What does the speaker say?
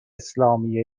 اسلامی